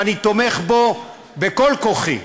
ואני תומך בו בכל כוחי,